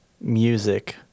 music